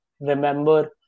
remember